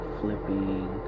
flipping